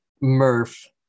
Murph